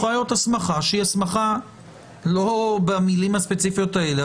יכולה להיות הסמכה שהיא הסמכה לא במילים הספציפיות האלה,